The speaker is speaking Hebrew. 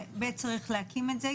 בית צריך להקים את זה,